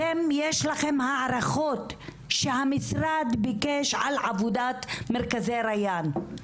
אתם יש לכם הערכות שהמשרד ביקש על עבודת מרכז ריאן.